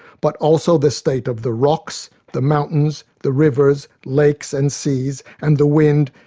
but also the state of the rocks, the mountains, the rivers, lakes and seas, and the wind,